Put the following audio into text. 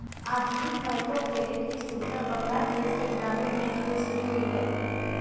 आधुनिक माइक्रोक्रेडिट की सुविधा बांग्लादेश के ग्रामीण बैंक से शुरू हुई है